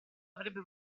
avrebbe